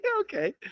Okay